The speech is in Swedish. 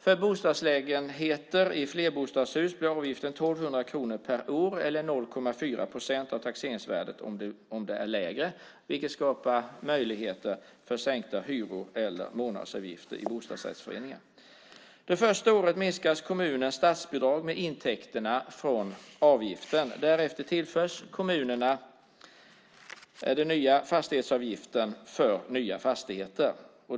För bostadslägenheter i flerbostadshus blir avgiften 1 200 kronor per år eller 0,4 procent av taxeringsvärdet om det är lägre. Detta skapar möjligheter till sänkta hyror eller månadsavgifter i bostadsrättsföreningar. Det första året minskas kommunens statsbidrag med intäkterna från avgiften. Därefter tillförs kommunerna den nya fastighetsavgiften för nya fastigheter.